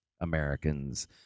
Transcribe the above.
Americans